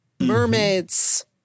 mermaids